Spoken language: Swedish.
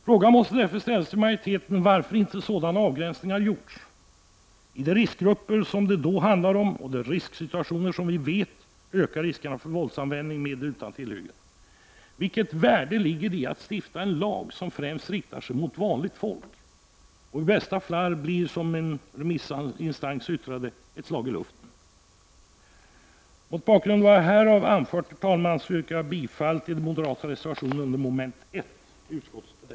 Frågan måste därför ställas till majoriteten, varför sådana avgräsningar inte har gjorts till de riskgrupper som det då handlar om och till de situationer som vi vet ökar riskerna för våldsanvändning med eller utan tillhyggen. Vilket värde ligger det i att stifta en lag som främst riktar sig mot vanligt folk och i bästa fall blir, som någon remissinstans yttrat, ett slag i luften? Mot bakgrund av vad jag här har anfört, herr talman, yrkar jag bifall till den moderata reservationen under mom. 1 i utskottets betänkande.